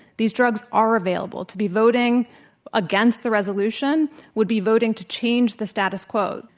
these drugs are available. to be voting against the resolution would be voting to change the status quo.